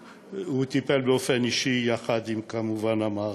שטיפל באופן אישי, כמובן עם המערכת.